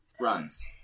Runs